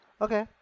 Okay